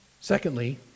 Secondly